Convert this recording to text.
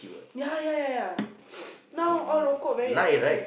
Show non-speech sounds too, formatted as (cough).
ya ya ya ya (noise) now all very expensive